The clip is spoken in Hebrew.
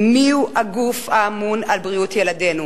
היא: מיהו הגוף הממונה על בריאות ילדינו?